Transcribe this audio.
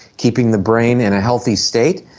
keeping the brain in a healthy state.